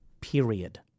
period